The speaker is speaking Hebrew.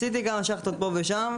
ניסיתי כמה שאכטות פה ושם,